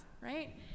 right